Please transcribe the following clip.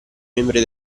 membri